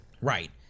right